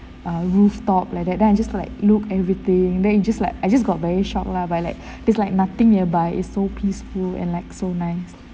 ah rooftop like that then I just was like look everything then it just like I just got very shock lah but like it's like nothing nearby it's so peaceful and like so nice